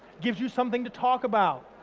gives you something to talk about.